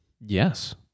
yes